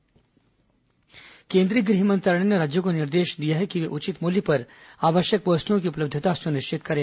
corona केन्द्र सरकार केन्द्रीय ग्रह मंत्रालय ने राज्यों को निर्देश दिया है कि वे उचित मूल्य पर आवश्यक वस्तुओं की उपलब्धता सुनिश्चित करें